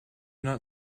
not